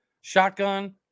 Shotgun